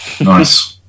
nice